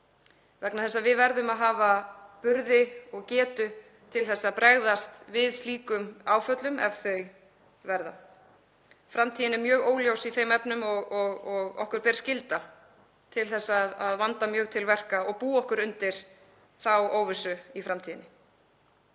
vegna þess að við verðum að hafa burði og getu til að bregðast við slíkum áföllum ef þau verða. Framtíðin er mjög óljós í þeim efnum og okkur ber skylda til að vanda mjög til verka og búa okkur undir þá óvissu í framtíðinni.